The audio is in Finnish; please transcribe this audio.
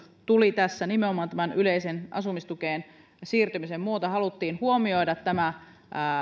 tuli tässä huoltajakorotus nimenomaan tämän yleiseen asumistukeen siirtymisen myötä haluttiin huomioida tämä